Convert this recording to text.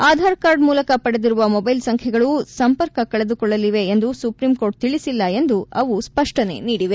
Aadhaar card ಮೂಲಕ ಪಡೆದಿರುವ mobile ಸಂಖ್ಲೆಗಳು ಸಂಪರ್ಕ ಕಳೆದುಕೊಳ್ಳಲಿವೆ ಎಂದು ಸುಪ್ರಿಂಕೋರ್ಟ್ ತಿಳಿಸಿಲ್ಲ ಎಂದು ಅವು ಸ್ವಷ್ಷನೆ ನೀಡಿವೆ